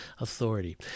authority